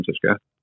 Francisco